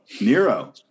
Nero